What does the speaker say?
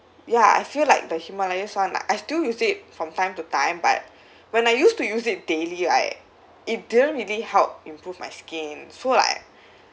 ya I feel like the Himalayas [one] I still use it from time to time but when I used to use it daily right it didn't really help improve my skin so like